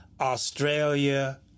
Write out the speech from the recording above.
Australia